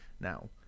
now